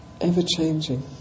ever-changing